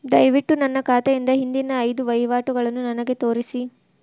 ದಯವಿಟ್ಟು ನನ್ನ ಖಾತೆಯಿಂದ ಹಿಂದಿನ ಐದು ವಹಿವಾಟುಗಳನ್ನು ನನಗೆ ತೋರಿಸಿ